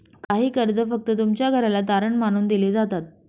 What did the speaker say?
काही कर्ज फक्त तुमच्या घराला तारण मानून दिले जातात